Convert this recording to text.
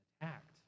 attacked